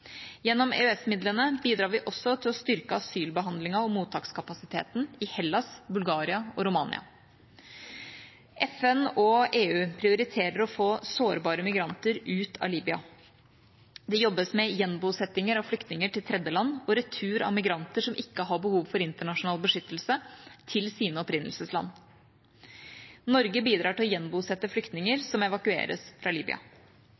Gjennom EØS-midlene bidrar vi også til å styrke asylbehandlingen og mottakskapasiteten i Hellas, Bulgaria og Romania. FN og EU prioriterer å få sårbare migranter ut av Libya. Det arbeides med gjenbosetting av flyktninger til tredjeland og retur av migranter som ikke har behov for internasjonal beskyttelse, til sine opprinnelsesland. Norge bidrar til å gjenbosette flyktninger som evakueres fra